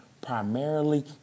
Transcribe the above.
primarily